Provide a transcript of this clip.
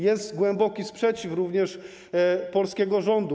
Jest głęboki sprzeciw również polskiego rządu.